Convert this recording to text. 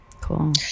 Cool